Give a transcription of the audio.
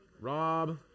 Rob